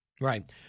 Right